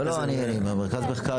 בואו נגיד, בסדר - 20 שקלים זה כהצעה.